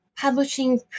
publishing